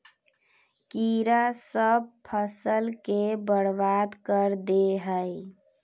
कीड़ा सब फ़सल के बर्बाद कर दे है?